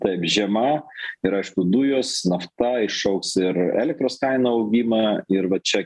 taip žema ir aišku dujos nafta išaugs ir elektros kainų augimą ir va čia